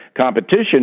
competition